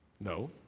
No